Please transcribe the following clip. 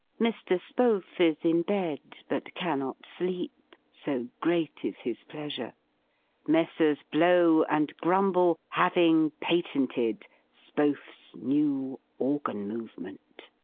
mr. spohf is in bed, but cannot sleep so great is his pleasure messrs. blow and grumble having patented spohf's new organ-movement.